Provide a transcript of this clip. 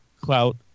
clout